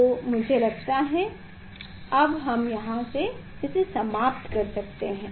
तो मुझे लगता है अब हम यहाँ इसे समाप्त कर सकते हैं